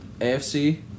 AFC